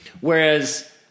Whereas